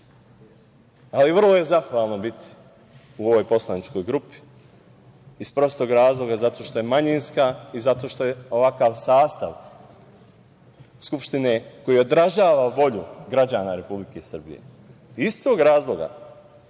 boju. Vrlo je zahvalno biti u ovoj poslaničkoj grupi iz prostog razloga što je manjinska i zato što je ovakav sastav Skupštine koji održava volju građana Republike Srbije. Iz tog razloga